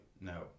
no